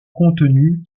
contenu